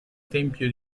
tempio